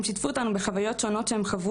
הם שיתפו אותנו בחוויות שונות שהם חוו